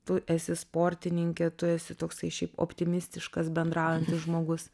tu esi sportininkė tu esi toksai šiaip optimistiškas bendraujantis žmogus